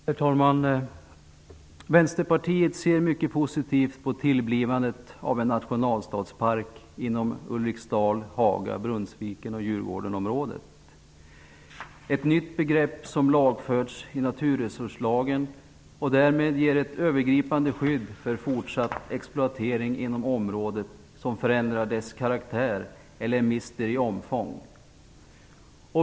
Herr talman! Vänsterpartiet ser mycket positivt på tillblivandet av en nationalstadspark inom Ulriksdal Nationalstadspark är ett nytt begrepp som lagfästs i naturresurslagen och därmed ger ett övergripande skydd mot fortsatt exploatering inom området som förändrar dess karaktär eller gör att det mister i omfång.